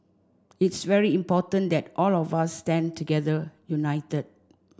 it's very important that all of us stand together united